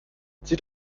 zieht